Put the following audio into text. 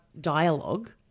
dialogue